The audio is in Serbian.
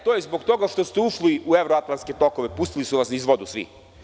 To je zbog toga što ste ušli u evroatlantske tokove, pustili su vas niz vodu svi.